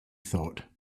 thought